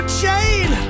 chain